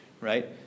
right